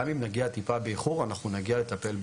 גם אם נגיע טיפה באיחור, אנחנו נגיע לטפל באירוע.